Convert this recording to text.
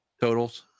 totals